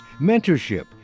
mentorship